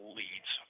leads